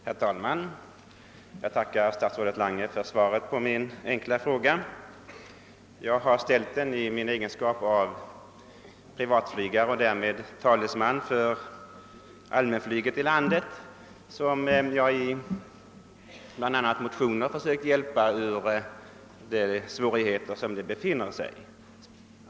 Herr talman! Jag tackar statsrådet Lange för svaret på min enkla fråga. Jag har ställt den i min egenskap av privatflygare och därmed talesman för allmänflyget i landet, som jag i bla. motioner har försökt hjälpa ur de svårigheter vari det befinner sig.